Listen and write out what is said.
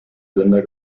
länder